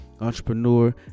entrepreneur